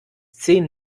zehn